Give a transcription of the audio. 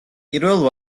პირველ